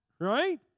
right